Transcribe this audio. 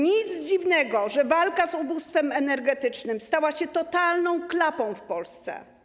Nic dziwnego, że walka z ubóstwem energetycznym stała się totalną klapą w Polsce.